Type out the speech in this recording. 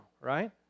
Right